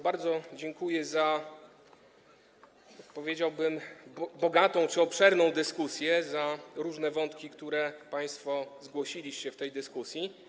Bardzo dziękuję za, powiedziałbym, bogatą czy obszerną dyskusję, za różne wątki, które państwo zgłosiliście w tej dyskusji.